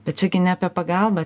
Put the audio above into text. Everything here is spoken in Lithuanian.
bet čia gi ne apie pagalbą